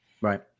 Right